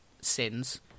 sins